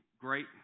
great